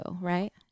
Right